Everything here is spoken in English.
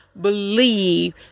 believe